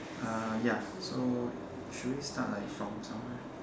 uh ya so should we start like from somewhere